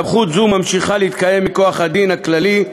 סמכות זו ממשיכה להתקיים מכוח הדין הכללי,